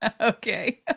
Okay